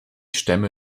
stämme